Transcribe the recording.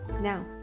Now